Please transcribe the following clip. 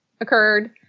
occurred